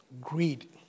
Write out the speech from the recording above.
Greed